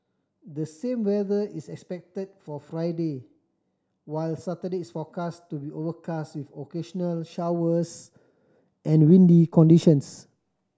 the same weather is expected for Friday while Saturday is forecast to be overcast with occasional showers and windy conditions